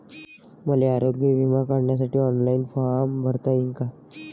मले आरोग्य बिमा काढासाठी ऑनलाईन फारम भरा लागन का?